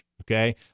Okay